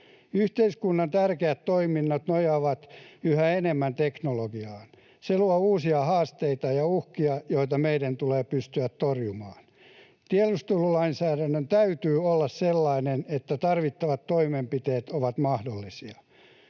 Yhteiskunnan tärkeät toiminnot nojaavat yhä enemmän teknologiaan. Se luo uusia haasteita ja uhkia, joita meidän tulee pystyä torjumaan. Tiedustelulainsäädännön täytyy olla sellainen, että tarvittavat toimenpiteet ovat mahdollisia.